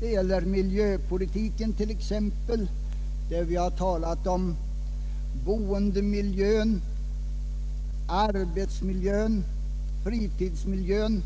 Vi har förut talat om miljöpolitiken, bl.a. om boendemiljön, arbetsmiljön och fritidsmiljön.